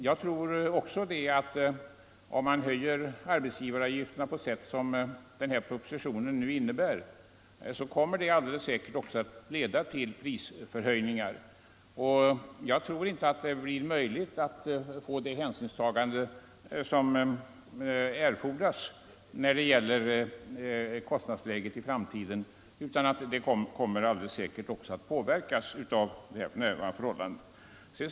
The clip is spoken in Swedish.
Jag tror också att, om man höjer arbetsgivaravgifterna på det sätt som denna proposition innebär, det alldeles säkert kommer att leda till prisförhöjningar. Jag tror inte att det blir möjligt att åstadkomma det hänsynstagande som erfordras när det gäller kostnadsläget i framtiden, utan det kommer alldeles säkert att påverkas av dåvarande förhållanden.